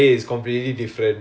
oh